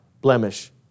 blemish